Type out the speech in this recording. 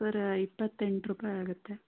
ಸರ ಇಪ್ಪತ್ತೆಂಟು ರೂಪಾಯಿ ಆಗುತ್ತೆ